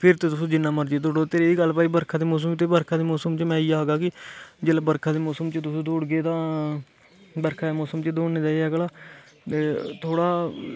फिर तुस जिन्ना मर्जी दौड़ो ते रेही गल्ल भाई बरखा दे मौसम च ते बरखा दे मौसम च में इ'यै आखगा कि जेल्लै बरखा दे मौसम च तुस दौड़गे तां बरखा दे मौसम च दौड़ने दा एह् ऐ भला थोह्ड़ा